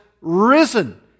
risen